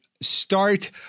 start